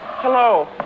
Hello